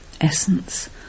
Essence